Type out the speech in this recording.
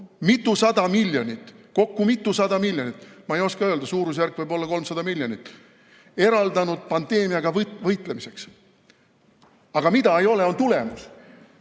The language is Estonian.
mitusada miljonit –kokku mitusada miljonit, ma ei oska öelda, suurusjärk võib olla 300 miljonit – eraldanud pandeemiaga võitlemiseks. Aga mida ei ole, on tulemus.